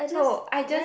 no I just